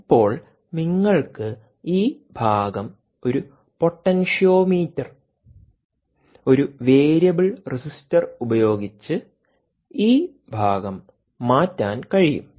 ഇപ്പോൾ നിങ്ങൾക്ക് ഈ ഭാഗം ഒരു പൊട്ടൻഷ്യോമീറ്റർ ഒരു വേരിയബിൾ റെസിസ്റ്റർ ഉപയോഗിച്ച് ഈ ഭാഗം മാറ്റാൻ കഴിയും